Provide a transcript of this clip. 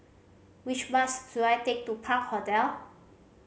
which bus should I take to Park Hotel